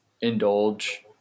indulge –